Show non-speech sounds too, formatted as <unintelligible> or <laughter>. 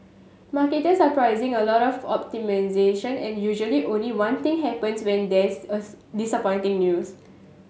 market are pricing a lot of optimisation and usually only one thing happens when there is <unintelligible> disappointing news